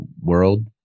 world